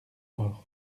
mort